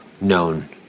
known